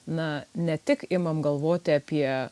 na ne tik imam galvoti apie